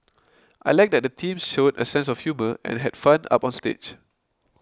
I like that the teams showed a sense of humour and had fun up on stage